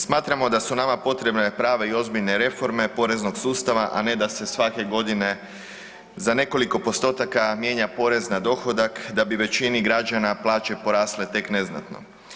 Smatramo da su nama potrebne prave i ozbiljne reforme poreznog sustava, a ne da se svake godine za nekoliko postotaka mijenja porez na dohodak da bi većini građana plaće porasle tek neznatno.